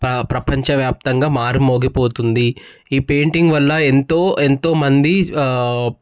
ప్రపంచవ్యాప్తంగా మారుమోగిపోతుంది ఈ పెయింటింగ్ వల్ల ఎంతో ఎంతోమంది